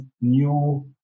new